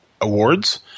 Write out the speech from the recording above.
Awards